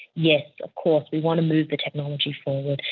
yes, of course we want to move the technology forward,